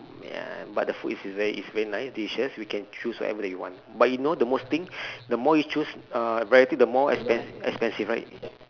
ya but the food is very is very nice delicious we can choose whatever that you want but you know the worst thing the more you choose uh variety the more expen~ expensive right